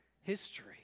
history